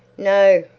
no,